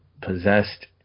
possessed